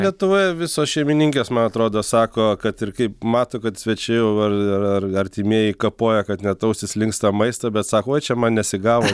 lietuvoje visos šeimininkės man atrodo sako kad ir kaip mato kad svečiai jau ar ar artimieji kapoja kad net ausys linksta maistą bet sako oi čia man nesigavo